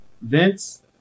Vince